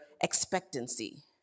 expectancy